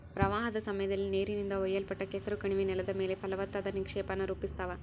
ಪ್ರವಾಹದ ಸಮಯದಲ್ಲಿ ನೀರಿನಿಂದ ಒಯ್ಯಲ್ಪಟ್ಟ ಕೆಸರು ಕಣಿವೆ ನೆಲದ ಮೇಲೆ ಫಲವತ್ತಾದ ನಿಕ್ಷೇಪಾನ ರೂಪಿಸ್ತವ